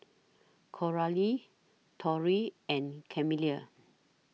Coralie Tory and Camille